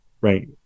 right